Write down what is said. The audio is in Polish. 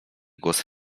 głos